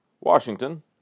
Washington